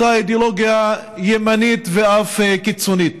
אותה אידיאולוגיה ימנית ואף קיצונית.